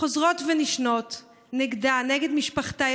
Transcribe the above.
חוזרות ונשנות נגדה, נגד משפחתה.